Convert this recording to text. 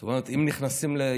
זאת אומרת, אם נכנסים לישיבה